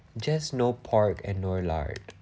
just no pork and no lard